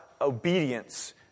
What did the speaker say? obedience